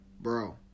Bro